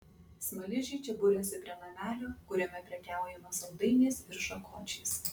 smaližiai čia buriasi prie namelio kuriame prekiaujama saldainiais ir šakočiais